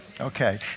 okay